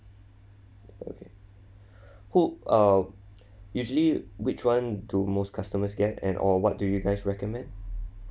okay who um usually which one do most customers get and or what do you guys recommend